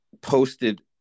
posted